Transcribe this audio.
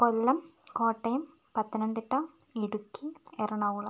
Kollam Kottayam Pathanamthitta Idukki Ernakulam